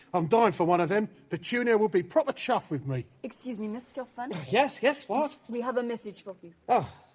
i'm dying for one of them. petunia would be proper chuffed with me. excuse me, monsieur funn? yes yes, what? we have a message for you. oh,